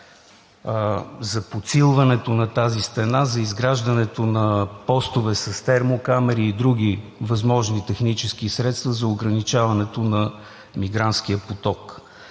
за подсилването ѝ, за изграждането на постове с термокамери и други възможни технически средства за ограничаването на мигрантския поток?